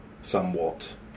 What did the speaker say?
somewhat